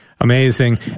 amazing